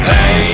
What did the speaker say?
Hey